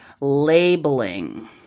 Labeling